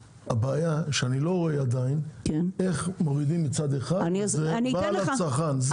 שאני לא רואה עדיין איך מורידים מצד אחד וזה בא לצרכן.